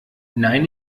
nein